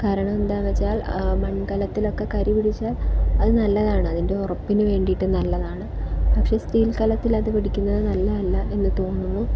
കാരണം എന്താ വച്ചാല് മണ്കലത്തിലൊക്കെ കരി പിടിച്ചാൽ അത് നല്ലതാണ് അതിന്റെ ഉറപ്പിന് വേണ്ടിയിട്ട് നല്ലതാണ് പക്ഷെ സ്റ്റീല് കലത്തില് അത് പിടിക്കുന്നത് നല്ലതല്ല എന്ന് തോന്നുന്നു